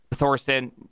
thorson